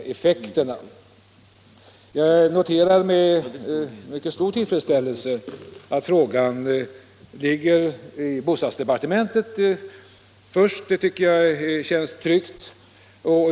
Jag noterar med stor tillfredsställelse att frågan behandlas i bostadsdepartementet — det tycker jag känns tryggt.